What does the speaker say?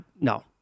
no